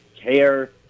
care